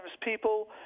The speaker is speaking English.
people